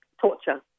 torture